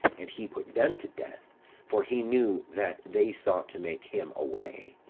and he put them to death for he knew that they sought to make him away.